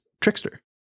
Trickster